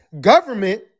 government